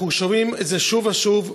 אנחנו שומעים את זה שוב ושוב,